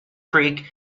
creek